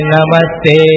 Namaste